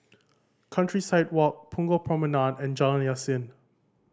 Countryside Walk Punggol Promenade and Jalan Yasin